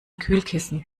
kühlkissen